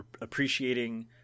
appreciating